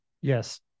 Yes